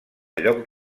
lloc